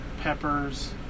peppers